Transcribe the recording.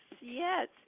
yes